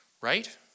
Right